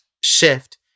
shift